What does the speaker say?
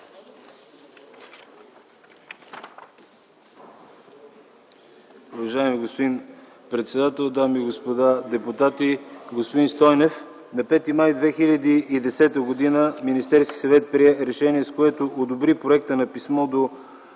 Уважаеми господин председател, дами и господа депутати, господин Стойнев! На 5 май 2010 г. Министерският съвет прие решение, с което одобри проекта на писмо до